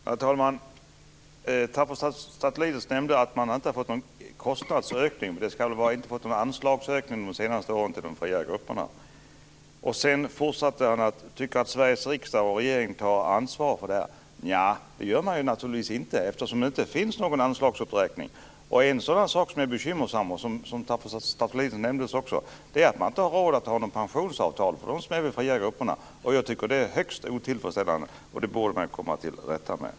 Herr talman! Tasso Stafilidis nämnde att man inte hade fått någon kostnadsökning, men han menar väl att de fria grupperna inte har fått någon anslagsökning under de senaste åren. Sedan sade han att det är Sveriges riksdag och regering som har ansvaret för detta. Det tar man naturligtvis inte eftersom det inte görs någon anslagsuppräkning. En sak som är bekymmersam, och som också Tasso Stafilidis nämnde, är man inte har råd att ha något pensionsavtal för dem som är med i de fria grupperna. Jag tycker att det är högst otillfredsställande, och det borde man komma till rätta med.